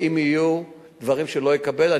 ואם יהיו דברים שלא אקבל,